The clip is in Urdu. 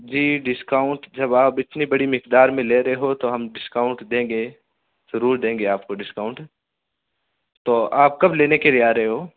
جی ڈسکاؤنٹ جب آپ اتنی بڑی مقدار میں لے رہے ہو تو ہم ڈسکاؤنٹ دیں گے ضرور دیں گے آپ کو ڈسکاؤنٹ تو آپ کب لینے کے لیے آ رہے ہو